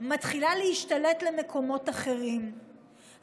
מתחילה להשתלט במקומות אחרים,